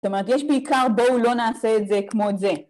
‫זאת אומרת, יש בעיקר בואו ‫לא נעשה את זה כמו את זה.